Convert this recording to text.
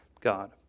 God